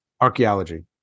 Archaeology